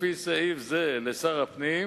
לפי סעיף זה לשר הפנים,